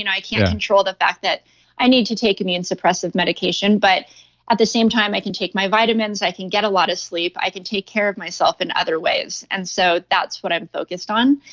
and i can't control the fact that i need to take immune suppressive medication, but at the same time i can take my vitamins, i can get a lot of sleep, i can take care of myself in other ways. and so that's what i'm focused on,